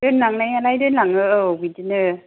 दोनलां नायालाय दोनलाङो औ बिदिनो